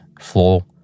floor